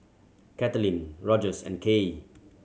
Katelin Rogers and Kaye